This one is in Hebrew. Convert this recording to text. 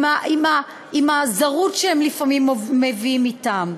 עם הזרות שהם לפעמים מביאים אתם.